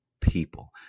people